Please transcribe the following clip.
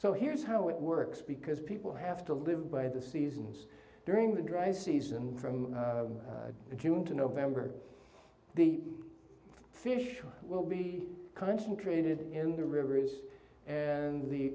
so here's how it works because people have to live by the seasons during the dry season from a human to november the fish will be concentrated in the river is and the